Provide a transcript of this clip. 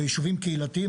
לישובים קהילתיים,